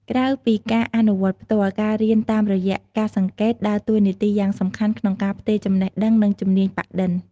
ក្រៅពីការអនុវត្តផ្ទាល់ ការរៀនតាមរយៈការសង្កេត ដើរតួនាទីយ៉ាងសំខាន់ក្នុងការផ្ទេរចំណេះដឹង និងជំនាញប៉ាក់-ឌិន។